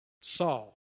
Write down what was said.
Saul